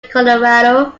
colorado